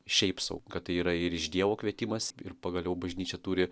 šiaip sau kad tai yra ir iš dievo kvietimas ir pagaliau bažnyčia turi